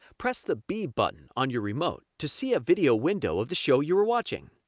press the b button on your remote to see a video window of the show you were watching.